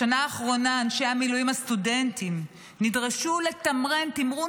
בשנה האחרונה אנשי המילואים הסטודנטים נדרשו לתמרן תמרון